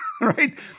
right